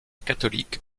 catholique